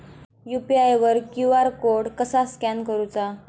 UPI वर QR code कसा scan करूचा?